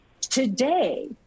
Today